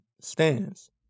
stands